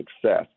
success